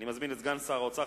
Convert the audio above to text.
אני מזמין את סגן שר האוצר,